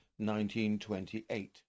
1928